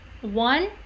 One